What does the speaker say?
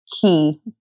key